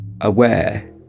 aware